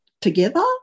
together